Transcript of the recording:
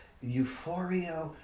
euphoria